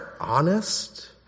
honest